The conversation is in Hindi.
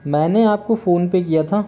मैंने आप को फोनपे किया था